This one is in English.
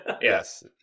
yes